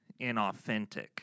inauthentic